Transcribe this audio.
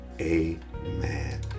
Amen